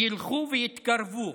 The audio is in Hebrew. ילכו ויתקרבו,